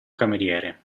cameriere